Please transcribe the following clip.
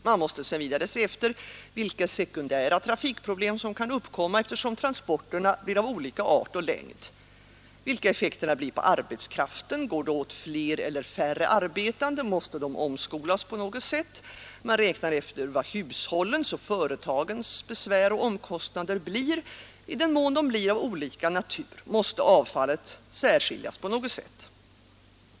Man måste sedan se efter vilka sekundära trafikproblem som kan uppkomma, eftersom transporterna blir av olika art och längd, och vilka effekterna blir på arbetskraften går det åt fler eller färre arbetande, Man skulle då kna med vad transporterna och hanteringen måste de omskolas på något sätt? Man räknar efter vad hushållens och företagens besvär och omkostnader blir, i den mån de blir av olika natur måste avfallet särskiljas på något sätt?